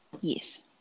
yes